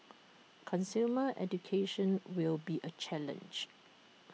consumer education will be A challenge